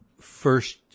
first